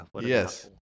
Yes